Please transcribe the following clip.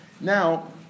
Now